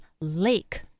lake